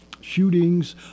shootings